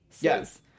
Yes